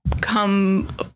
come